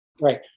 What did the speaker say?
Right